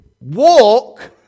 walk